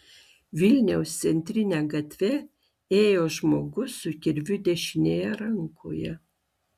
vilniaus centrine gatve ėjo žmogus su kirviu dešinėje rankoje